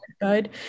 good